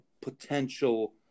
potential